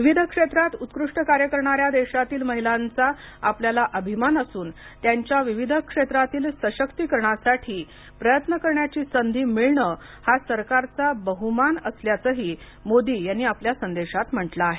विविध क्षेत्रात उत्कृष्ट कार्य करणाऱ्या देशातील महिलांचा आपल्याला अभिमान असून त्यांच्या विविध क्षेत्रातील सशक्तीकरणासाठी प्रयत्न करायची संधी मिळणे हा सरकारचा बहुमान असल्याचेही मोदी यांनी आपल्या संदेशात म्हटले आहे